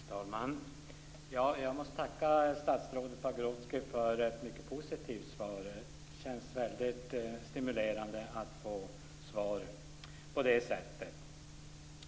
Fru talman! Jag måste tacka statsrådet Pagrotsky för ett mycket positivt svar. Det känns väldigt stimulerande att få ett sådant